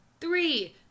three